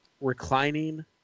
reclining